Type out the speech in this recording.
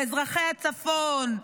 לאזרחי הצפון,